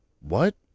What